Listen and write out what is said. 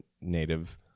native